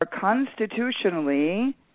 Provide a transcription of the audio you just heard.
constitutionally